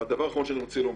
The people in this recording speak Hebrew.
הדבר האחרון שאני רוצה לומר: